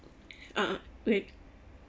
uh wait